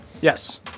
Yes